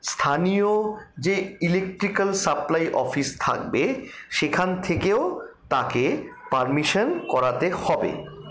স্থানীয় যে electric supply office থাকবে সেখান থেকেও তাকে পারমিশন করাতে হবে